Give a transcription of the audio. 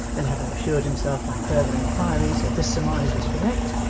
and having assured himself by further inquiries that this surmise was correct,